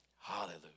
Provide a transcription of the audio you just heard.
Hallelujah